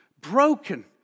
Broken